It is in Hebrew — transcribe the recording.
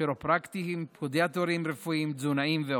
כירופרקטים, פודיאטורים רפואיים ותזונאים.